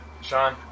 Sean